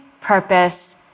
purpose